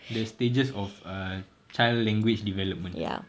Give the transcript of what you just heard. the stages of err child language development